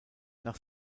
nach